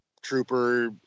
trooper